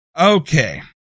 Okay